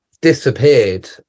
disappeared